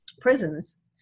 prisons